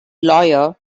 lawyer